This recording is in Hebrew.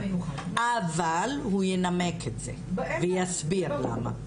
אבל הוא ינמק את זה ויסביר למה.